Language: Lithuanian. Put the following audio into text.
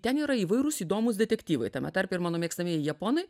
ten yra įvairūs įdomūs detektyvai tame tarpe ir mano mėgstamieji japonai